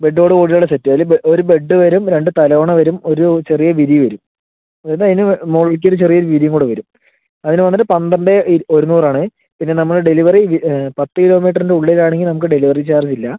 ബെഡ്ഡോട് കൂടി ഉള്ള സെറ്റ് അതില് ഒര് ബെഡ്ഡ് വരും രണ്ട് തലയണ വരും ഒരു ചെറിയ വിരി വരും ഇത് അതിന് മുകളിലേക്ക് ഒര് ചെറിയ ഒര് വിരിയും കൂടെ വരും അതിന് വന്നിട്ട് പന്ത്രണ്ട് ഒരുന്നൂറ് ആണേ പിന്നെ നമ്മള ഡെലിവറി പത്ത് കിലോമീറ്ററിൻ്റ ഉള്ളിൽ ആണെങ്കിൽ നമുക്ക് ഡെലിവറി ചാർജ് ഇല്ല